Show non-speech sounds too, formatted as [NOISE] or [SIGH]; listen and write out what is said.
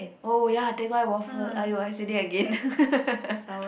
oh ya Teck-Whye waffle !aiyo! I said that again [LAUGHS]